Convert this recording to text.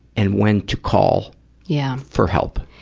and when to call yeah for help,